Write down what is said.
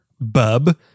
bub